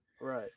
Right